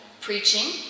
preaching